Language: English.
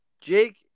Jake